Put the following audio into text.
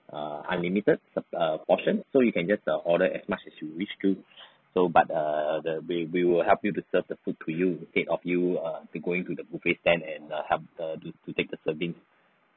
err unlimited supp~ err portion so you can just err order as much as you wish to so but err the we we will help you to serve the food to you instead of you err to going to the buffet stand and err help the to to take the serving